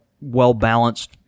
well-balanced